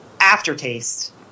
aftertaste